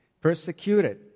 Persecuted